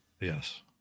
yes